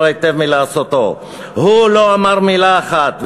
היטב מלעשותו: הוא לא אמר מילה אחת.